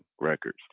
records